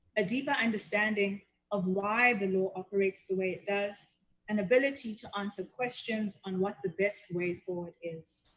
a deeper understanding of why the law operates the way it does and ability to answer questions on what the best way forward is.